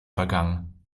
vergangen